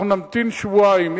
אנחנו נמתין שבועיים,